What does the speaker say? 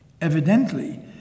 Evidently